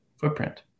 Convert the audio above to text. footprint